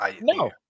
No